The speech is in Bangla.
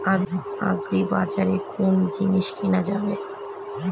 আগ্রিবাজারে কোন জিনিস কেনা যাবে?